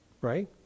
right